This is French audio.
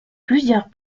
plusieurs